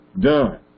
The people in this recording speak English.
done